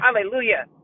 Hallelujah